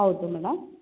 ಹೌದು ಮೇಡಮ್